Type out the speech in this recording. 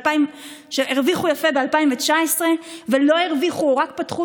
הרוויחו יפה ב-2019 ולא הרוויחו או רק פתחו